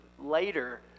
later